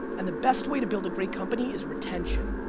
and the best way to build a great company is retention,